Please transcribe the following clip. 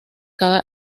cada